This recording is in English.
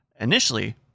initially